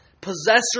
Possessor